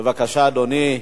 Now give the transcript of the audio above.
בבקשה, אדוני.